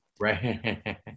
Right